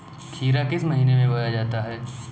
खीरा किस महीने में बोया जाता है?